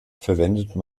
verwendete